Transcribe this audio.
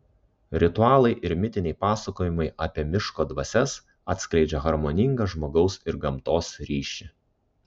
ritualai ir mitiniai pasakojimai apie miško dvasias atskleidžia harmoningą žmogaus ir gamtos ryšį